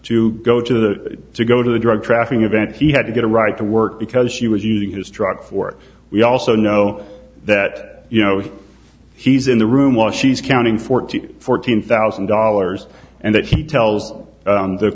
to go to the to go to the drug trafficking event he had to get a ride to work because she was using his truck for we also know that you know if he's in the room while she's counting four to fourteen thousand dollars and that he tells the